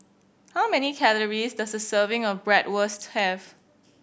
how many calories does a serving of Bratwurst have